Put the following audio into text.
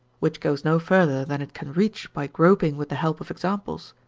which goes no further than it can reach by groping with the help of examples,